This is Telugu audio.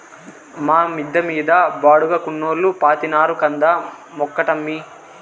మా మిద్ద మీద బాడుగకున్నోల్లు పాతినారు కంద మొక్కటమ్మీ